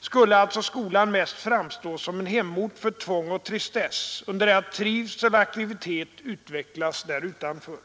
skulle alltså skolan mest framstå såsom en hemort för tvång och tristess, under det att trivsel och aktivitet utvecklas därutanför.